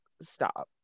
stop